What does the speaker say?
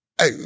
hey